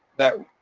that